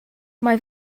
mae